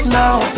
now